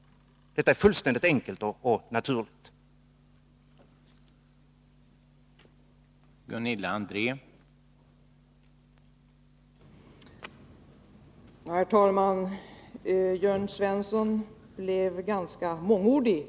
Det är en både enkel och naturlig ordning.